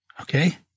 Okay